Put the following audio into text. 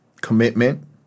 commitment